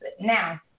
Now